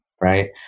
right